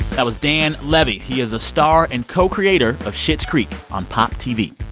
that was dan levy. he is a star and co-creator of schitt's creek on pop tv.